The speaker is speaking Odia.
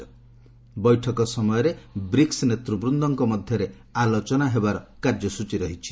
' ବୈଠକ ସମୟରେ ବ୍ରିକ୍ୱ ନେତୃବୃନ୍ଦଙ୍କ ମଧ୍ୟରେ ଆଲୋଚନା ହେବାର କାର୍ଯ୍ୟସୂଚୀ ରହିଛି